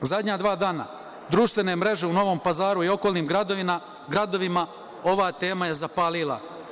Zadnja dva dana društvene mreže u Novom Pazaru i okolnim gradovima ova tema je zapalila.